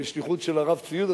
בשליחות של הרב צבי יהודה,